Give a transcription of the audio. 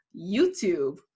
YouTube